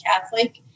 Catholic